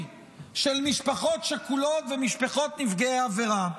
של משפחות שכולות ומשפחות נפגעי עבירה.